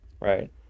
right